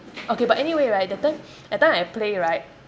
okay but anyway right that time that time I play right